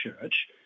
church